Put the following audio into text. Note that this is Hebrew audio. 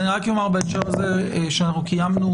אני רק אומר בהקשר הזה שאנחנו קיימנו